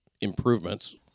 improvements